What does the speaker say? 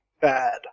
bad